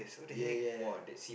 ya ya